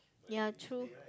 ya true